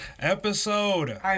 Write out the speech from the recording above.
episode